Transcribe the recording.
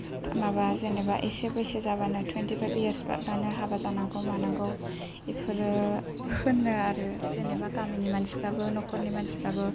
माबा जेनोबा एसे बैसो जाबानो थुइनथि फाइब इयर्स बारबानो हाबा जानांगौ मानांगौ एफोरो होननो आरो जेनोबा गामिनि मानसिफ्राबो नखरनि मानसिफ्राबो